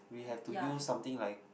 we have to use something like